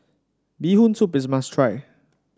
Bee Hoon Soup is must try